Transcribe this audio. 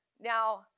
Now